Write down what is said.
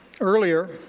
earlier